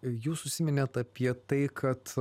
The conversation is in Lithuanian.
jūs užsiminėt apie tai kad